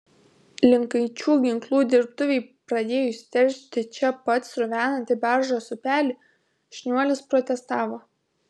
linkaičių ginklų dirbtuvei pradėjus teršti čia pat sruvenantį beržos upelį šniuolis protestavo